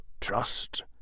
trust